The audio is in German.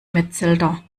metzelder